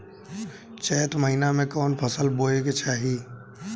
चैत महीना में कवन फशल बोए के चाही?